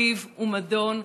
ריב ומדון,